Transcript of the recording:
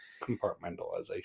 Compartmentalization